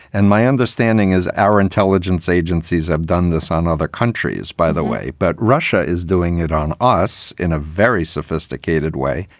and my understanding is our intelligence agencies have done this on other countries, by the way. but russia is doing it on us in a very sophisticated way.